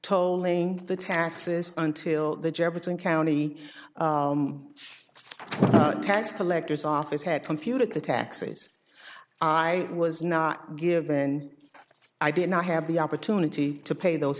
tolling the taxes until the jefferson county tax collector's office had computed the taxes i was not given i did not have the opportunity to pay those